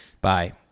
Bye